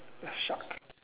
a shark